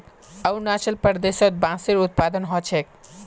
अरुणाचल प्रदेशत बांसेर उत्पादन ह छेक